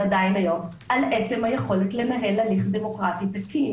עדיין היום על עצם היכולת לנהל הליך דמוקרטי תקין